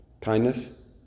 Kindness